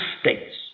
states